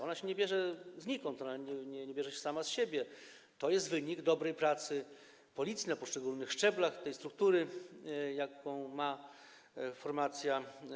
Ona się nie bierze znikąd, ona nie bierze się sama z siebie, to jest wynik dobrej pracy Policji na poszczególnych szczeblach struktury, jaką ma ta formacja.